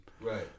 Right